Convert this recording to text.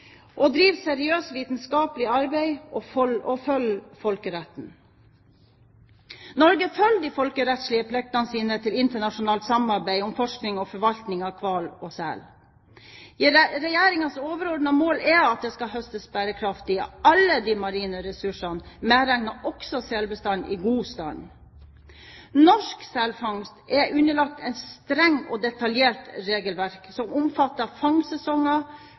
å drive seriøst vitenskapelig arbeid å følge folkeretten Norge følger de folkerettslige pliktene sine til internasjonalt samarbeid om forskning og forvaltning av hval og sel. Regjeringens overordnede mål er at det skal høstes bærekraftig av alle de marine ressursene, medregnet også selbestander i god stand. Norsk selfangst er underlagt et strengt og detaljert regelverk som omfatter